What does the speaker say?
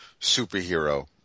superhero